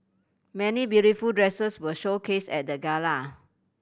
many beautiful dresses were showcased at the gala